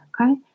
Okay